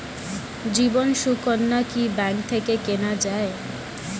জীবন সুকন্যা কি ব্যাংক থেকে কেনা যায়?